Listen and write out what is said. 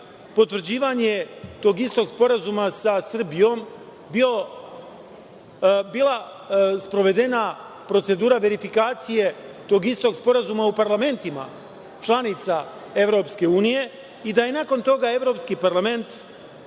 potvrđivanje tog istog Sporazuma sa Srbijom bila sprovedena procedura verifikacije tog istog Sporazuma u Parlamentima članica Evropske unije i da je nakon toga Evropski parlament